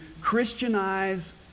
Christianize